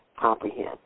comprehend